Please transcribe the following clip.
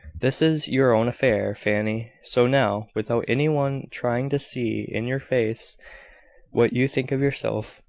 this is your own affair, fanny so now, without any one trying to see in your face what you think of yourself,